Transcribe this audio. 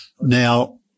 Now